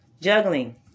Juggling